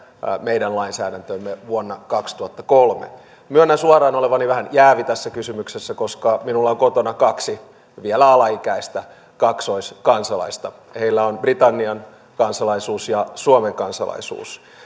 meidän lainsäädäntöömme vuonna kaksituhattakolme myönnän suoraan olevani vähän jäävi tässä kysymyksessä koska minulla on kotona kaksi vielä alaikäistä kaksoiskansalaista heillä on britannian kansalaisuus ja suomen kansalaisuus